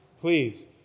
Please